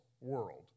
world